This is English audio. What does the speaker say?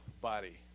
body